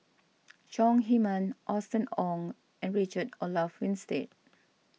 Chong Heman Austen Ong and Richard Olaf Winstedt